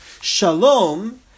Shalom